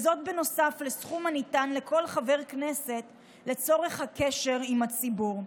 נוסף לסכום הניתן לכל חבר כנסת לצורך הקשר עם הציבור.